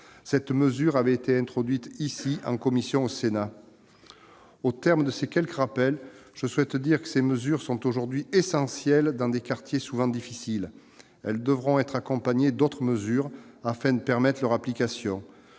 Cette mesure avait été introduite ici même, au Sénat, en commission. Au terme de ces quelques rappels, je souhaite dire que ces mesures sont aujourd'hui essentielles dans des quartiers souvent difficiles. Elles devront être accompagnées d'autres mesures rendant possible leur application-